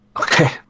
Okay